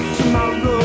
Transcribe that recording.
Tomorrow